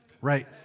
Right